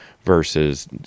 Versus